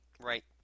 Right